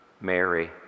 Mary